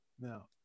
Now